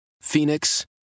Phoenix